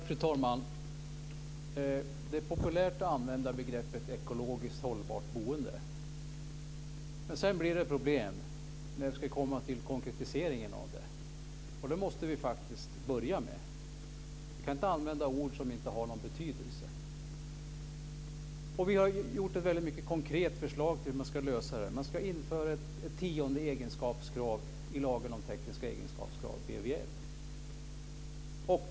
Fru talman! Det är populärt att använda begreppet ekologiskt hållbart boende. Sedan blir det problem när man ska komma till konkretiseringen av det hela, men det måste vi faktiskt börja med. Vi kan inte använda ord som inte har någon betydelse. Vi har lagt fram ett väldigt konkret förslag till hur man ska lösa det här. Man ska införa ett tionde egenskapskrav i reglerna om tekniska egenskapskrav i PBL.